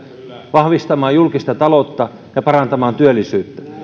vahvistamaan julkista taloutta ja parantamaan työllisyyttä